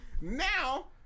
Now